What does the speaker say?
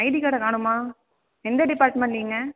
ID கார்டை காணுமா எந்த டிப்பார்ட்மென்ட் நீங்கள்